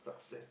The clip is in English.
success